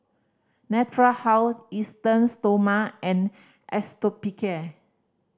Natura House Esteem Stoma and Hospicare